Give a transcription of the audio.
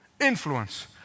influence